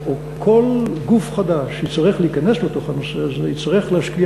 או כל גוף חדש שיצטרך להיכנס לתוך הנושא הזה יצטרך להשקיע